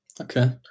okay